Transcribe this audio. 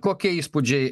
kokie įspūdžiai